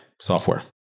software